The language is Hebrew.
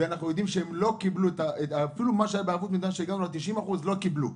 אנחנו יודעים שאפילו מה שהיה בערבויות המדינה של 90% הם לא קיבלו.